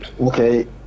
Okay